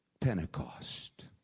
Pentecost